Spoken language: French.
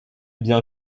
bien